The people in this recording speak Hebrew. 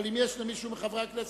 אבל אם יש למישהו מחברי הכנסת,